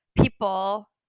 people